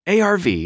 ARV